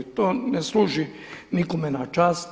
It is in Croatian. To ne služi nikome na čast.